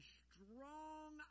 strong